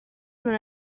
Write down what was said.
non